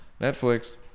Netflix